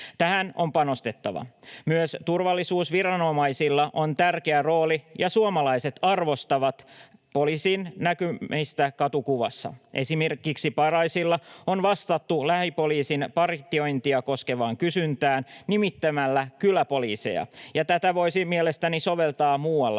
Tähän on panostettava. Myös turvallisuusviranomaisilla on tärkeä rooli, ja suomalaiset arvostavat poliisin näkymistä katukuvassa. Esimerkiksi Paraisilla on vastattu lähipoliisin partiointia koskevaan kysyntään nimittämällä kyläpoliiseja, ja tätä voisi mielestäni soveltaa muuallakin.